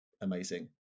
amazing